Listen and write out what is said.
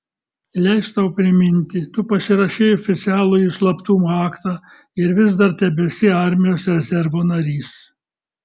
leisk tau priminti tu pasirašei oficialųjį slaptumo aktą ir vis dar tebesi armijos rezervo narys